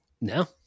No